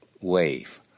wave